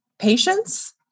patience